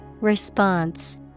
Response